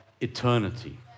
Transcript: eternity